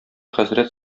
хәзрәт